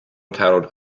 titled